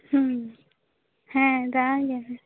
ᱦᱩᱸ ᱦᱮᱸ ᱫᱟᱬᱟᱱᱜᱮ